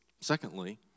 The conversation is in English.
Secondly